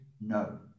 No